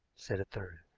said a third.